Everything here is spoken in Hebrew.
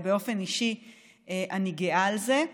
באופן אישי אני גאה על זה.